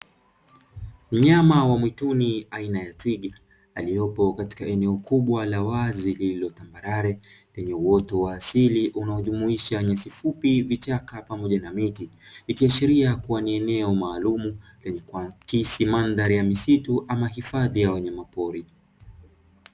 Mnyama wa mwituni aina ya twiga aliepo katika eneo kubwa la wazi lililo tambarare, lenye uoto wa asili unaojumuisha nyasi fupi, vichaka pamoja na miti; ikiashiria kuwa ni eneo maalumu lenye kuakisi mandhari ya misitu na hifadhi ya wanyamapori.